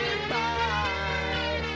goodbye